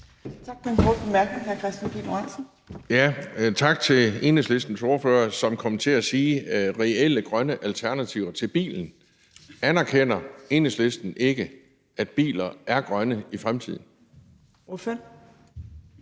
Pihl Lorentzen. Kl. 11:41 Kristian Pihl Lorentzen (V): Tak til Enhedslistens ordfører, som kom til at tale om reelle grønne alternativer til bilen. Anerkender Enhedslisten ikke, at biler vil være grønne i fremtiden?